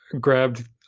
grabbed